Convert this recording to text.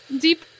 deep